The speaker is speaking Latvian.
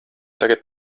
tagad